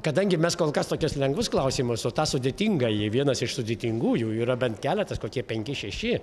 kadangi mes kol kas tokias lengvus klausimus o tą sudėtingąjį vienas iš sudėtingųjų yra bent keletas kokie penki šeši